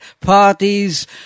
parties